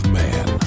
man